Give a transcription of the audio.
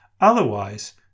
Otherwise